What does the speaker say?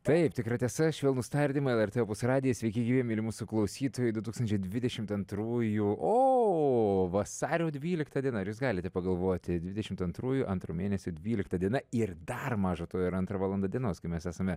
taip tikra tiesa švelnūs tardymai lrt opus radija sveiki gyvi mieli mūsų klausytojai du tūkstančiai dvidešimt antrųjų o vasario dvylikta diena ar jūs galite pagalvoti dvidešimt antrųjų antro mėnesio dvylikta diena ir dar maža to yra antra valanda dienos kai mes esame